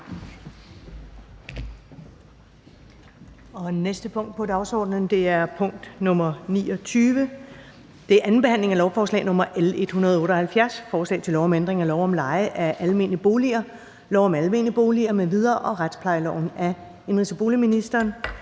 næste punkt på dagsordenen er: 29) 2. behandling af lovforslag nr. L 178: Forslag til lov om ændring af lov om leje af almene boliger, lov om almene boliger m.v. og retsplejeloven. (Hurtigere